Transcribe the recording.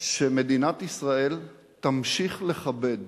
שמדינת ישראל תמשיך לכבד